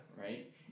Right